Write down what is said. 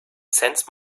sense